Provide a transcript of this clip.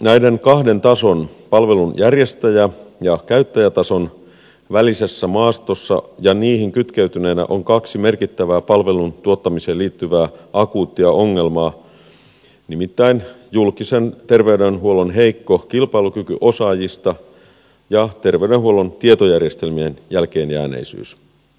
näiden kahden tason palvelun järjestäjä ja käyttäjätason välisessä maastossa ja niihin kytkeytyneenä on kaksi merkittävää palvelun tuottamiseen liittyvää akuuttia ongelmaa nimittäin julkisen terveydenhuollon heikko kilpailukyky osaajien suhteen ja terveydenhuollon tietojärjestelmien jälkeenjääneisyys